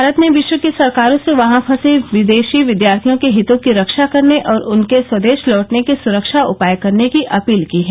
भारत ने विश्व की सरकारों से वहां फंसे विदेशी विद्यार्थियों के हितों की रक्षा करने और उनके स्वदेश लौटने के सुरक्षा उपाय करने की अपील की है